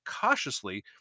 cautiously